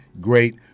great